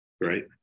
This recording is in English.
right